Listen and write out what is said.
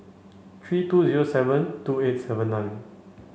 three two zero seven two eight seven nine